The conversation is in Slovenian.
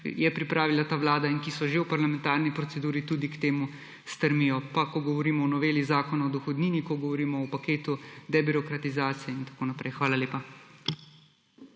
je pripravila ta vlada in ki so že v parlamentarni proceduri, tudi k temu stremijo, pa ko govorimo o noveli Zakona o dohodnini, ko govorimo o paketu debirokratizacije in tako naprej. Hvala lepa.